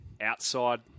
outside